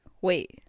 wait